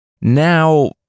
Now